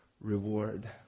reward